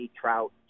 Trout